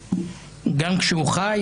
גם כשהוא חי?